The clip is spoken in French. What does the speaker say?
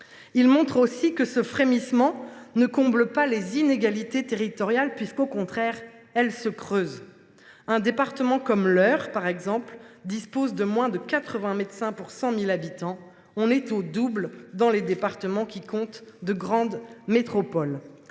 Il montre aussi que ce frémissement ne comble pas les inégalités territoriales ; au contraire, celles ci se creusent. Un département comme l’Eure, par exemple, dispose de moins de 80 médecins pour 100 000 habitants, soit moitié moins que dans les départements qui comptent de grandes métropoles.